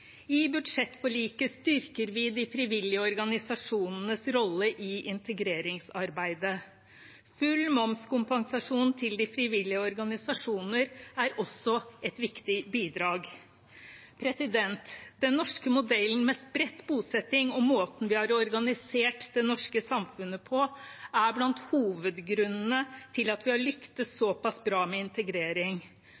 I budsjettforliket styrker vi de frivillige organisasjonenes rolle i integreringsarbeidet. Full momskompensasjon til de frivillige organisasjonene er også et viktig bidrag. Den norske modellen med spredt bosetting og måten vi har organisert det norske samfunnet på, er blant hovedgrunnene til at vi har lyktes